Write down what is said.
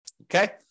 okay